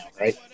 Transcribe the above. right